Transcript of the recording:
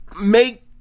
make